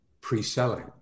pre-selling